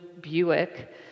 Buick